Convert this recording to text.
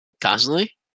constantly